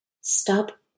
stop